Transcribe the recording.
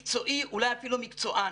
מקצועי, אולי אפילו מקצוען.